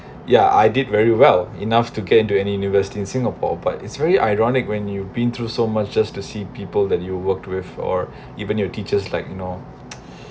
ya I did very well enough to get into any university in singapore but it's very ironic when you've been through so much just to see people that you worked with or even your teachers like you know